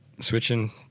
switching